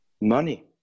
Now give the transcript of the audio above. money